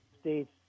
states